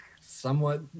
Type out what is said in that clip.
somewhat